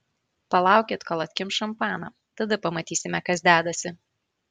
palaukit kol atkimš šampaną tada pamatysime kas dedasi